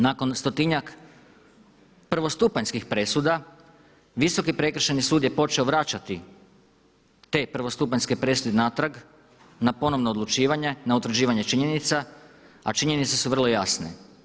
Nakon stotinjak prvostupanjskih presuda Visoki prekršajni sud je počeo vraćati te prvostupanjske presude natrag na ponovno odlučivanje, na utvrđivanje činjenica, a činjenice su vrlo jasne.